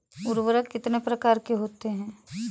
उर्वरक कितनी प्रकार के होते हैं?